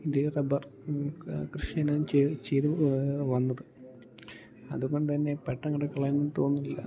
ഇതേ റബ്ബർ കൃഷി ഞാൻ ചെയ്ത് ചെയ്തു വന്നത് അതുകൊണ്ടുതന്നെ പെട്ടന്നങ്ങോട്ട് കളയാൻ തോന്നുന്നില്ല